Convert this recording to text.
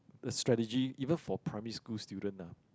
a strategy even for primary school student ah